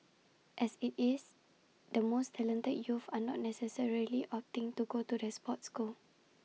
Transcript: as IT is the most talented youth are not necessarily opting to go to the sports school